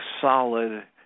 solid